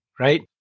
Right